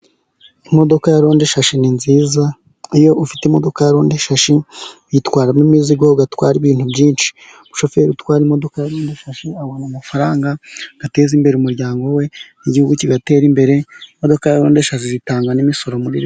Imodoka ya longe shashi ni nziza, iyo ufite imodoka ya longe shashi uyitwaramo imizigo, itwara ibintu byinshi umushoferi utwara imodoka bimufashe kubona amafaranga, agateza imbere umuryango we ni igihugu kigatera imbere, imodoka ya longe shashi itanga n'imisoro muri leta.